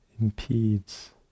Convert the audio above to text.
impedes